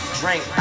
drink